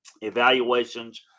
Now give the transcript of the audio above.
evaluations